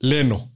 Leno